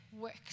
works